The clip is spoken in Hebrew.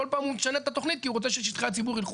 כל פעם הוא משנה את התכנית כי הוא רוצה ששטחי הציבור ילכו